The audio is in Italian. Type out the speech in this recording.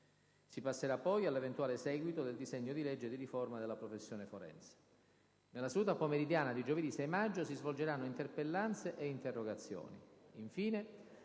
Si passerà poi all'eventuale seguito del disegno di legge di riforma della professione forense. Nella seduta pomeridiana di giovedì 6 maggio si svolgeranno interpellanze e interrogazioni.